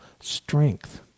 strength